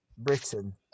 Britain